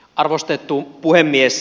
arvostettu puhemies